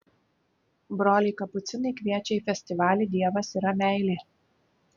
broliai kapucinai kviečia į festivalį dievas yra meilė